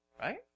right